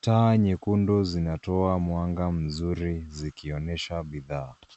Taa nyekundu zinatoa mwanga mzuri zikioyesha bidhaa.